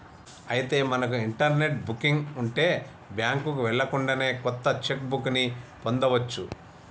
అయితే మనకు internet booking ఉంటే బ్యాంకుకు వెళ్ళకుండానే కొత్త చెక్ బుక్ ని పొందవచ్చు